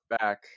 back